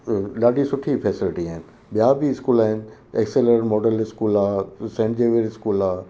ॾाढी सुठी फेसिलिटी आहिनि ॿियां बि स्कूल आहिनि एक्सेलर मॉडल स्कूल आहे सेंट ज़ेवियर स्कूल आहे